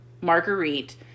Marguerite